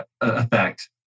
effect